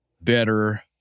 better